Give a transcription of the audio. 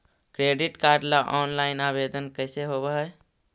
Credit card ल online आवेदन कैसे होब है?